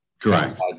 correct